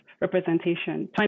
representation